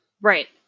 Right